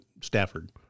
Stafford